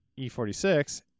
E46